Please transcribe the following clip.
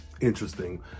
interesting